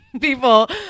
people